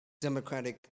Democratic